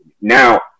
Now